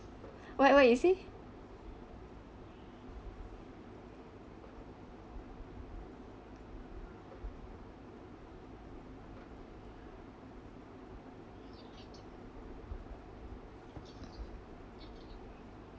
what what you say